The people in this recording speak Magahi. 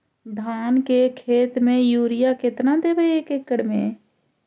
धान के खेत में युरिया केतना देबै एक एकड़ में?